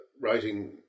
writing